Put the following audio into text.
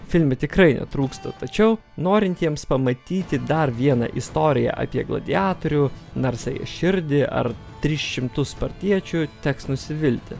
filme tikrai netrūksta tačiau norintiems pamatyti dar vieną istoriją apie gladiatorių narsiąją širdį ar tris šimtus spartiečių teks nusivilti